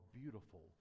beautiful